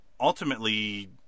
ultimately